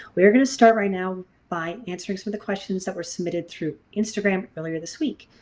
we are gonna start right now by answering some of the questions that were submitted through instagram earlier this week.